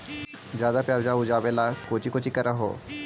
ज्यादा प्यजबा उपजाबे ले कौची कौची कर हो?